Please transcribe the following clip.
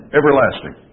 everlasting